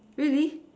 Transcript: really